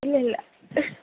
ഇല്ല ഇല്ല